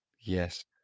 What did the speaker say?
yes